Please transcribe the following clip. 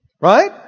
Right